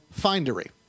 Findery